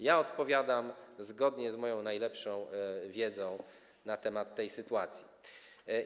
Ja odpowiadam zgodnie z moją najlepszą wiedzą na temat tej sytuacji.